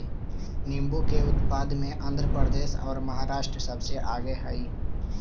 नींबू के उत्पादन में आंध्र प्रदेश और महाराष्ट्र सबसे आगे हई